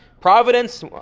providence